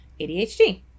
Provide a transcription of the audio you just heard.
ADHD